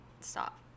Stop